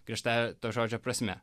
griežtąja to žodžio prasme